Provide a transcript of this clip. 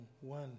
one